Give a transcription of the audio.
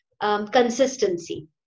consistency